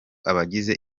abagize